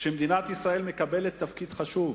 מדינת ישראל מקבלת תפקיד חשוב,